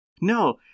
no